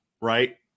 right